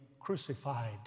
crucified